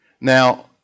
Now